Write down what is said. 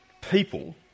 people